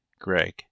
Greg